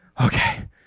okay